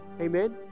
Amen